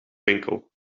winkel